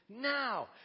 now